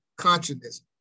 consciousness